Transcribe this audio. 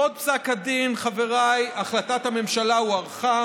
בעקבות פסק הדין, חבריי, החלטת הממשלה הוארכה